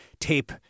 tape